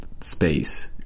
space